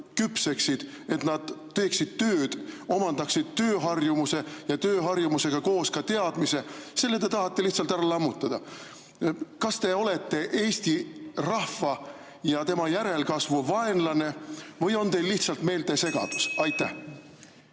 küpseksid, et nad teeksid tööd, omandaksid tööharjumuse ja sellega koos ka teadmise, lihtsalt ära lammutada. Kas te olete Eesti rahva ja tema järelkasvu vaenlane või on teil lihtsalt meeltesegadus? Aitäh,